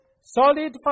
Solid